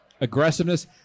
aggressiveness